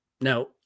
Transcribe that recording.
Now